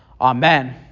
Amen